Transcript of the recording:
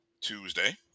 Tuesday